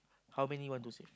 how many want to save